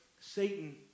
Satan